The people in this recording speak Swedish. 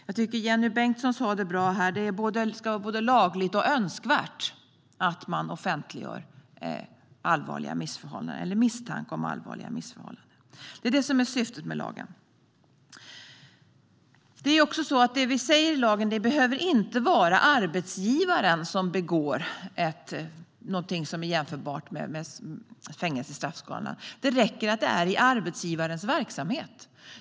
Jag tycker att Jenny Bengtsson sa det bra: Det ska vara både lagligt och önskvärt att offentliggöra allvarliga missförhållanden eller misstanke om allvarliga missförhållanden. Det är det som är syftet med lagen. Vi säger också i lagen att det inte behöver vara arbetsgivaren som begår ett brott som har fängelse i straffskalan. I stället räcker det att det sker inom arbetsgivarens verksamhet.